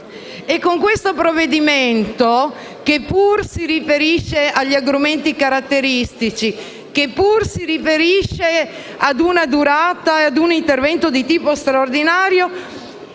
Con questo provvedimento, che pure si riferisce agli argomenti caratteristici e a una durata e a un intervento di tipo straordinario,